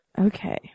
Okay